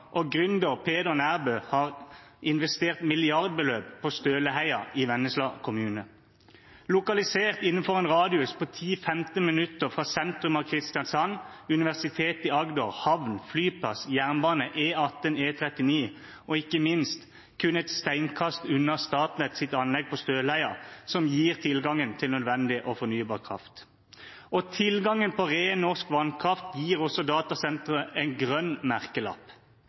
gang. Gründer Peder Nærbø har investert milliardbeløp på Støleheia i Vennesla kommune, lokalisert innenfor en radius på 10–15 minutter fra sentrum av Kristiansand, Universitetet i Agder, havn, flyplass, jernbane, E18, E39 og ikke minst kun et steinkast unna Statnetts anlegg på Støleheia, som gir tilgang til nødvendig og fornybar kraft. Tilgangen på ren norsk vannkraft gir også datasenteret en grønn merkelapp.